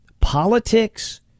Politics